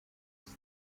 koch